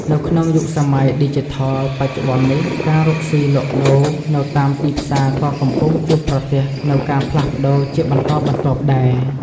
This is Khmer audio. នៅក្នុងយុគសម័យឌីជីថលបច្ចុប្បន្ននេះ ការរកស៊ីលក់ដូរនៅតាមទីផ្សារក៏កំពុងជួបប្រទះនូវការផ្លាស់ប្ដូរជាបន្តបន្ទាប់ដែរ។